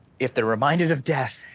if they're reminded of death,